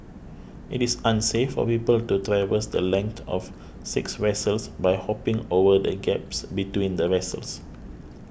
it is unsafe for people to traverse the length of six vessels by hopping over the gaps between the vessels